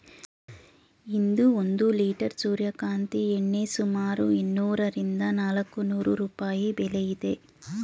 ಇಂದು ಒಂದು ಲಿಟರ್ ಸೂರ್ಯಕಾಂತಿ ಎಣ್ಣೆ ಸುಮಾರು ಇನ್ನೂರರಿಂದ ನಾಲ್ಕುನೂರು ರೂಪಾಯಿ ಬೆಲೆ ಇದೆ